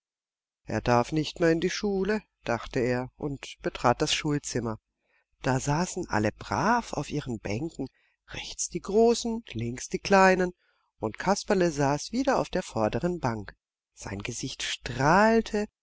er darf nicht mehr in die schule dachte er und betrat das schulzimmer da saßen alle brav auf ihren bänken rechts die großen links die kleinen und kasperle saß wieder auf der vorderen bank sein gesicht strahlte